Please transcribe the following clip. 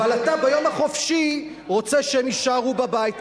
אבל אתה ביום החופשי רוצה שהם יישארו בבית.